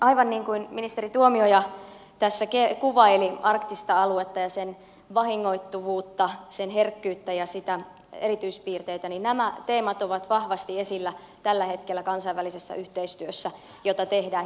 aivan niin kuin ministeri tuomioja tässä kuvaili arktista aluetta ja sen vahingoittuvuutta sen herkkyyttä ja sen erityispiirteitä nämä teemat ovat vahvasti esillä tällä hetkellä kansainvälisessä yhteistyössä jota tehdään